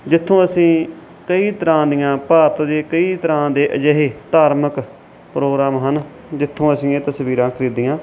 ਜਿੱਥੋਂ ਅਸੀਂ ਕਈ ਤਰ੍ਹਾਂ ਦੀਆਂ ਭਾਰਤ ਦੇ ਕਈ ਤਰ੍ਹਾਂ ਦੇ ਅਜਿਹੇ ਧਾਰਮਿਕ ਪ੍ਰੋਗਰਾਮ ਹਨ ਜਿੱਥੋਂ ਅਸੀਂ ਇਹ ਤਸਵੀਰਾਂ ਖਰੀਦੀਆਂ